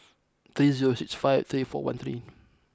three zero six five three four one three